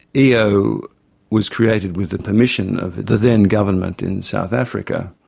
eo was created with the permission of the then government in south africa.